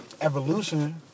evolution